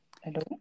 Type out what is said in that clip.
Hello